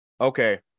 Okay